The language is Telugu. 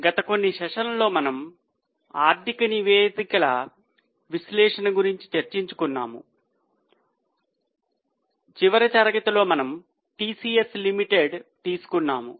గత కొన్ని సెషన్లలో మనము ఆర్థిక నివేదికల విశ్లేషణ గురించి చర్చిస్తున్నాము చివరి తరగతిలో మనము TCS limited తీసుకున్నాము